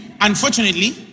unfortunately